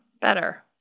better